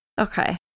Okay